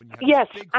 Yes